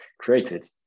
created